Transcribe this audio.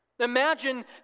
Imagine